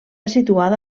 situada